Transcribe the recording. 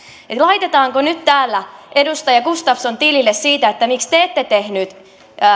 eli laitetaanko nyt täällä edustaja gustafsson tilille siitä miksi te ette tehnyt